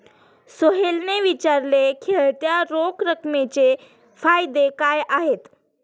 सोहेलने विचारले, खेळत्या रोख रकमेचे फायदे काय आहेत?